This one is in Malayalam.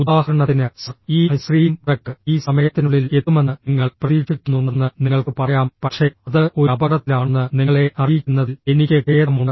ഉദാഹരണത്തിന് സർ ഈ ഐസ്ക്രീം ട്രക്ക് ഈ സമയത്തിനുള്ളിൽ എത്തുമെന്ന് നിങ്ങൾ പ്രതീക്ഷിക്കുന്നുണ്ടെന്ന് നിങ്ങൾക്ക് പറയാം പക്ഷേ അത് ഒരു അപകടത്തിലാണെന്ന് നിങ്ങളെ അറിയിക്കുന്നതിൽ എനിക്ക് ഖേദമുണ്ട്